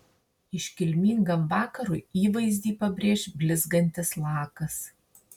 iškilmingam vakarui įvaizdį pabrėš blizgantis lakas